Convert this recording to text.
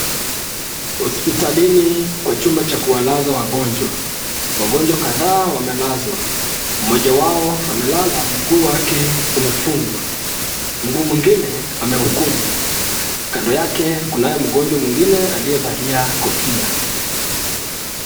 Hospitalini kwa chumba cha kuwalaza wagonjwa. Wagonjwa kadhaa wamelazwa. Mmoja wao amelala mguu wake umefungwa, mguu mwingine ameukunja. Kando yake kunaye mgonjwa mwingine aliyevalia kofia.